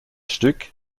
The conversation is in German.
stück